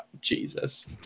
Jesus